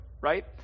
right